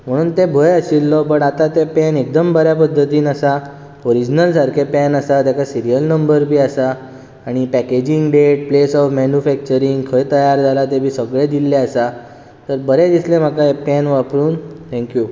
म्हणून तो भंय आशिल्लो बट आतां तें पॅन एकदम बऱ्या पद्दतीन आसा ओरिजनल सारकें पॅन आसा ताका सिरियल नंबर बी आसा आनी packaging date place of manufacturing खंय तयार जाला तें बी सगळें दिल्लें आसा तर बरें दिसलें म्हाका पॅन वापरून थँक यू